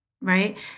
right